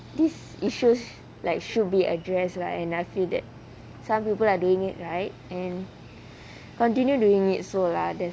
this issues like should be addressed lah and I feel that some people are doing it right and continue doing it so lah then